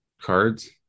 cards